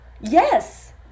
Yes